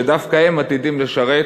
שדווקא הם עתידים לשרת